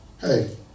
hey